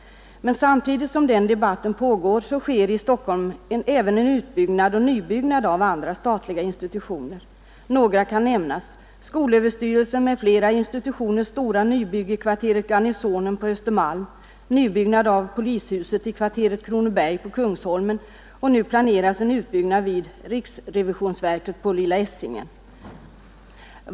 Men samtidigt som den debatten pågår sker i Stockholm även en utbyggnad och nybyggnad av andra statliga institutioner. Några kan nämnas: skolöverstyrelsens m.fl. institutioners stora nybygge i kvarteret Garnisonen på Östermalm, nybyggnad av polishuset i kvarteret Kronoberg på Kungs holmen och en planerad utbyggnad vid riksrevisionsverket på Lilla Essingen.